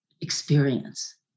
experience